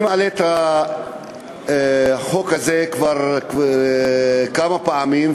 אני מעלה את החוק הזה כבר כמה פעמים,